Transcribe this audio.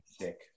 Sick